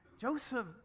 Joseph